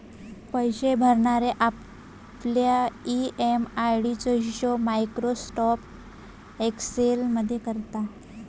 पैशे भरणारे आपल्या ई.एम.आय चो हिशोब मायक्रोसॉफ्ट एक्सेल मध्ये करता